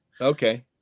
Okay